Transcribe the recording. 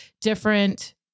different